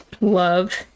love